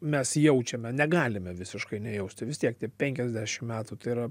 mes jaučiame negalime visiškai nejausti vis tiek tie penkiasdešim metų tai yra